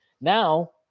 Now